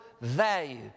value